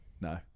No